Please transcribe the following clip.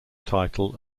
title